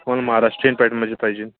कोण महाराष्ट्रीयन पॅटर्नमधे पाहिजे